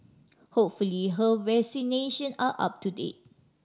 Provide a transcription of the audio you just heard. hopefully her vaccination are up to date